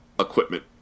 Equipment